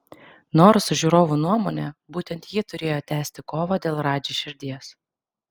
nors žiūrovų nuomone būtent ji turėjo tęsti kovą dėl radži širdies